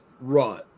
run